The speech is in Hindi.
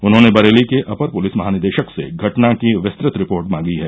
उन्होंने बरेली के अपर पुलिस महानिदेशक से घटना की विस्तृत रिपोर्ट मांगी है